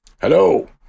Hello